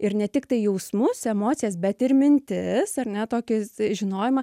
ir ne tiktai jausmus emocijas bet ir mintis ar ne tokį žinojimą